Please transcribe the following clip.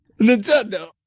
Nintendo